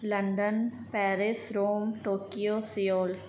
London Paris Rome Tokyo Seoul